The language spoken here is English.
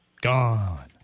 gone